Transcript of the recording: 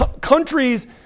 countries